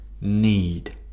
need